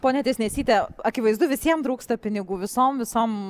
ponia tiesnesyte akivaizdu visiem trūksta pinigų visom visam